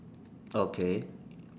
okay